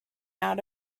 out